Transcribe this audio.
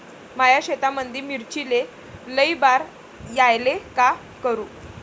माया शेतामंदी मिर्चीले लई बार यायले का करू?